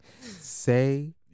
Say